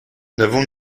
n’avons